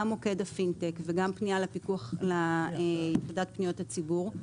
גם מוקד הפינטק וגם פניה ליחידת פניות הציבור.